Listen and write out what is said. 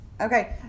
Okay